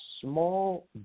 small